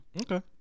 okay